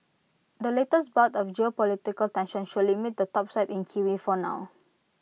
the latest bout of geopolitical tensions should limit the topside in kiwi for now